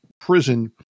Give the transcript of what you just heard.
prison